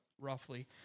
roughly